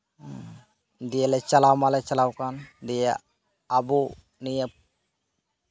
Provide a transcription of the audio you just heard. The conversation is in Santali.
ᱫᱤᱭᱮᱞᱮ ᱪᱟᱞᱟᱣ ᱢᱟᱞᱮ ᱪᱟᱞᱟᱣ ᱠᱟᱱ ᱫᱤᱭᱮ ᱟᱵᱚ ᱱᱤᱭᱟᱹ